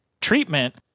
treatment